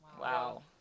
Wow